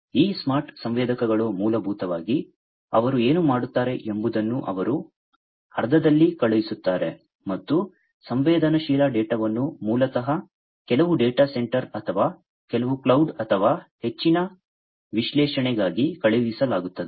ಈ ಸ್ಮಾರ್ಟ್ ಸಂವೇದಕಗಳು ಮೂಲಭೂತವಾಗಿ ಅವರು ಏನು ಮಾಡುತ್ತಾರೆ ಎಂಬುದನ್ನು ಅವರು ಅರ್ಥದಲ್ಲಿ ಕಳುಹಿಸುತ್ತಾರೆ ಮತ್ತು ಸಂವೇದನಾಶೀಲ ಡೇಟಾವನ್ನು ಮೂಲತಃ ಕೆಲವು ಡೇಟಾ ಸೆಂಟರ್ ಅಥವಾ ಕೆಲವು ಕ್ಲೌಡ್ ಅಥವಾ ಹೆಚ್ಚಿನ ವಿಶ್ಲೇಷಣೆಗಾಗಿ ಕಳುಹಿಸಲಾಗುತ್ತದೆ